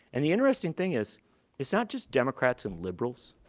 and the interesting thing is it's not just democrats and liberals.